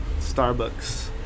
Starbucks